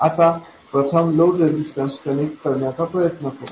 आता प्रथम load resistor connect करण्याचा प्रयत्न करू